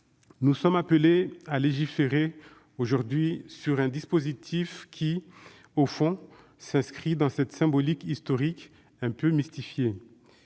Nous sommes appelés à légiférer sur un dispositif qui, au fond, s'inscrit dans cette symbolique historique un peu mythifiée.